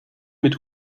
mit